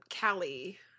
Callie